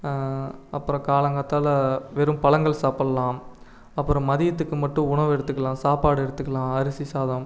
அப்புறம் காலங்கார்த்தால வெறும் பழங்கள் சாப்பிட்லாம் அப்புறம் மதியத்துக்கு மட்டும் உணவு எடுத்துக்கலாம் சாப்பாடு எடுத்துக்கலாம் அரிசி சாதம்